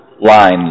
line